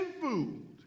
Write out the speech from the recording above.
food